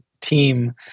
team